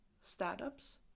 startups